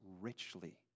richly